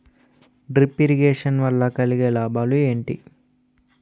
Drip irrigation వల్ల కలిగే లాభాలు ఏంటి?